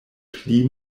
pli